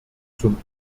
zum